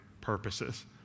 purposes